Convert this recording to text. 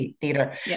theater